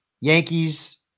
Yankees